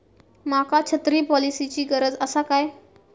माका छत्री पॉलिसिची गरज आसा काय?